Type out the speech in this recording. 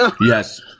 Yes